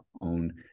own